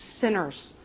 sinners